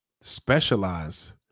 specialize